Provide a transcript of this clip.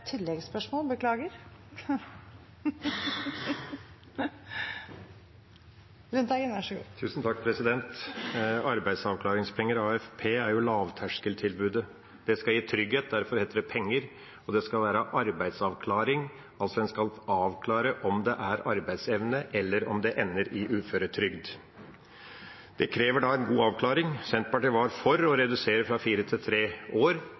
Lundteigen – til oppfølgingsspørsmål. Arbeidsavklaringspenger, AAP, er jo lavterskeltilbudet. Det skal gi trygghet, derfor heter det penger, og det skal være arbeidsavklaring, altså skal en avklare om det er arbeidsevne eller om det ender i uføretrygd. Det krever en god avklaring. Senterpartiet var for å redusere fra fire år til tre år,